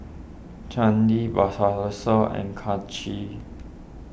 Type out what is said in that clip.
Chandi and Kanshi